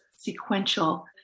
sequential